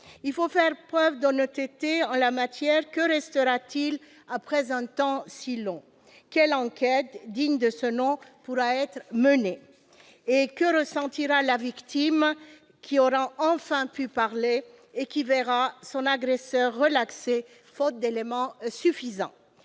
Il faut faire preuve d'honnêteté en la matière : que restera-t-il après un temps si long ? Quelle enquête digne de ce nom pourra être menée ? Et que ressentira la victime, qui aura enfin pu parler et qui verra son agresseur relaxé faute d'éléments suffisants ?